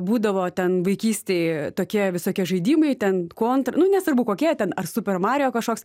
būdavo ten vaikystėj tokie visokie žaidimai ten kontr nu nesvarbu kokie ten ar super mario kažkoks